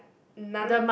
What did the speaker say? none